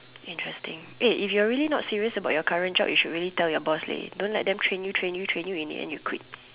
interesting eh if you are really not serious about your current job you should tell your boss leh don't let them train you train you train you in the end you quit